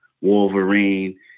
Wolverine